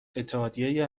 اتحادیه